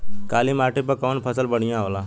काली माटी पर कउन फसल बढ़िया होला?